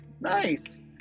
nice